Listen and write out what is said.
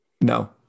No